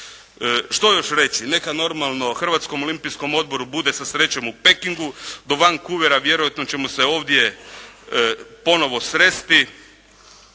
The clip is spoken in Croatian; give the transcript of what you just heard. Što još reći? Neka normalno Hrvatskom olimpijskom odboru bude sa srećom u Pekingu. Do Vankuvera vjerojatno ćemo se ovdje ponovo sresti.